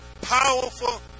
powerful